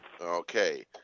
okay